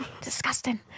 Disgusting